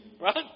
Right